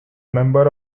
member